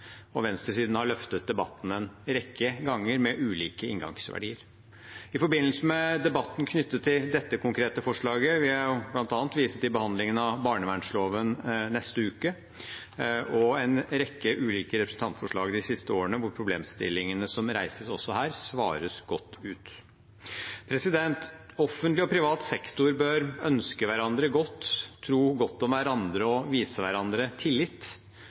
og venstresiden har løftet debatten en rekke ganger, med ulike inngangsverdier. I forbindelse med debatten knyttet til dette konkrete forslaget vil jeg bl.a. vise til behandlingen av barnevernsloven neste uke og en rekke ulike representantforslag de siste årene, hvor problemstillingene som reises også her, besvares godt. Offentlig og privat sektor bør ønske hverandre godt, tro godt om hverandre og vise hverandre tillit.